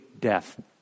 death